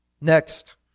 Next